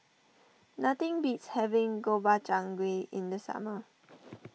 nothing beats having Gobchang Gui in the summer